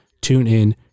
TuneIn